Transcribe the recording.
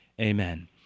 Amen